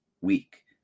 week